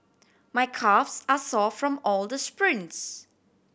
my calves are sore from all the sprints